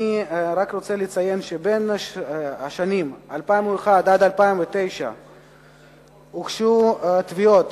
אני רק רוצה לציין שבשנים 2001 2009 הוגשו תביעות